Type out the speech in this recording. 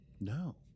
No